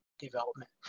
development